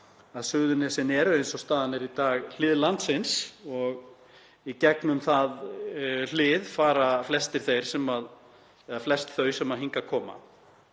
að Suðurnesin eru, eins og staðan er í dag, hlið landsins og í gegnum það hlið fara flest þau sem hingað koma.